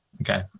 Okay